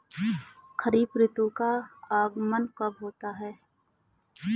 खरीफ ऋतु का आगमन कब होता है?